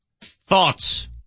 Thoughts